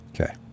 Okay